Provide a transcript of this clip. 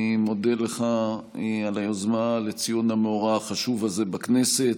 אני מודה לך על היוזמה לציון המאורע החשוב הזה בכנסת.